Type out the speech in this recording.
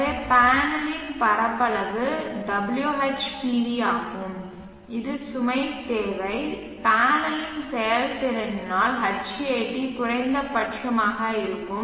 எனவே பேனலின் பரப்பளவு WHPV ஆகும் இது சுமை தேவை பேனலின் செயல்திறனால் தொப்பி குறைந்தபட்சமாக இருக்கும்